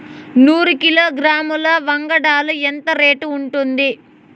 నూరు కిలోగ్రాముల వంగడాలు ఎంత రేటు ఉంటుంది?